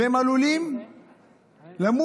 והם עלולים למות,